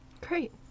Great